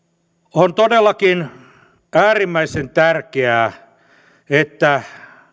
on todellakin äärimmäisen tärkeää että